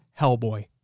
Hellboy